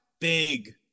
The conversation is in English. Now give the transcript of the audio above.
big